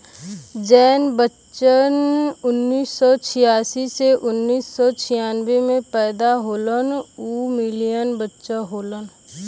जौन बच्चन उन्नीस सौ छियासी से उन्नीस सौ छियानबे मे पैदा होलन उ मिलेनियन बच्चा होलन